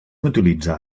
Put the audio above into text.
utilitzar